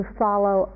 follow